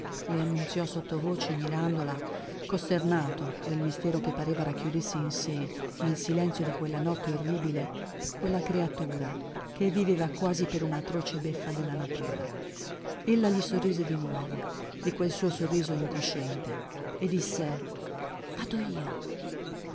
le annunziò sottovoce mirandola costernato del mistero che pareva racchiudesse in sé nel silenzio di quella notte orribile quella creatura che viveva quasi per una atroce beffa della natura ella gli sorrise di nuovo di quel suo sorriso incosciente e disse vado io